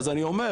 אז אני אומר,